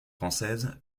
françaises